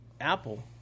Apple